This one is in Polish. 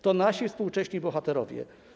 To nasi współcześni bohaterowie.